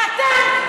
ואתם,